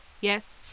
Yes